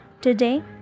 Today